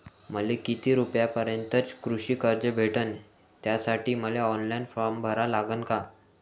मले किती रूपयापर्यंतचं कृषी कर्ज भेटन, त्यासाठी मले ऑनलाईन फारम भरा लागन का?